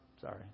sorry